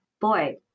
boy